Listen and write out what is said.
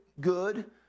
good